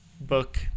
book